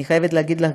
אני חייבת להגיד לך,